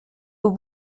aux